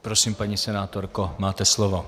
Prosím, paní senátorko, máte slovo.